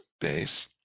base